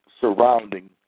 surrounding